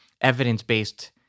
evidence-based